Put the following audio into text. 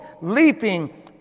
leaping